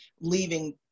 leaving